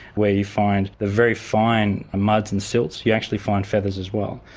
where you find the very fine muds and silts, you actually find feathers as well.